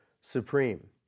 supreme